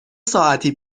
ساعتی